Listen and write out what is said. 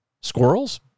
Squirrels